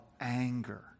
anger